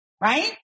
right